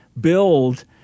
build